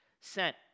sent